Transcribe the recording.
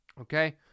Okay